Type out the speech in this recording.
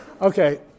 Okay